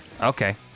Okay